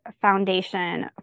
foundation